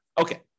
Okay